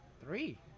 Three